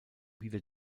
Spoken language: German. wieder